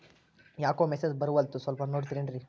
ಯಾಕೊ ಮೆಸೇಜ್ ಬರ್ವಲ್ತು ಸ್ವಲ್ಪ ನೋಡ್ತಿರೇನ್ರಿ?